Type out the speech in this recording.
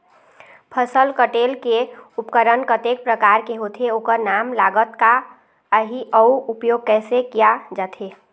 फसल कटेल के उपकरण कतेक प्रकार के होथे ओकर नाम लागत का आही अउ उपयोग कैसे किया जाथे?